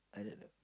I don't know